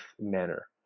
manner